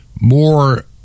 More